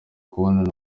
kubonana